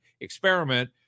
experiment